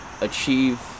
achieve